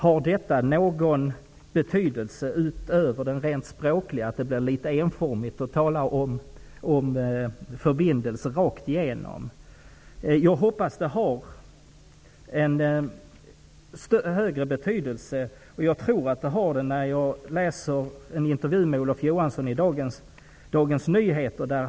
Har detta någon betydelse utöver den språkliga? Det blir ju annars litet enformigt att tala om förbindelse rakt igenom. Jag hoppas det har en större betydelse. Jag tror också att det har det, efter att ha läst en intervju med Olof Johansson i Dagens Nyheter.